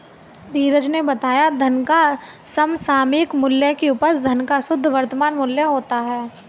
धीरज ने बताया धन का समसामयिक मूल्य की उपज धन का शुद्ध वर्तमान मूल्य होता है